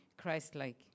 Christ-like